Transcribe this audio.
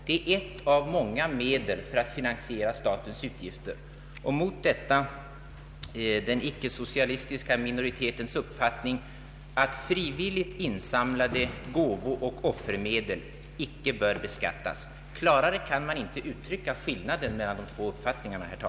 Det är ett av många medel att finansiera statens utgifter. Mot detta står den icke-socialistiska minoritetens uppfattning att frivilligt insamlade gåvooch offermedel icke skall beskattas. Herr talman! Klarare kan man inte uttrycka den ideologiska skillnaden mellan de båda uppfattningarna.